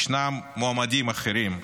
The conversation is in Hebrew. ישנם מועמדים אחרים,